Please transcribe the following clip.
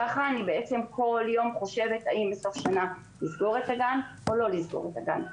כל יום אני חושבת האם בסוף שנה לסגור את הגן או לא לסגור אותו.